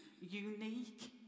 unique